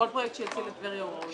כל פרויקט שיציל את טבריה הוא ראוי.